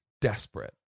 Desperate